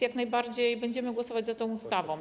Jak najbardziej będziemy głosować za tą ustawą.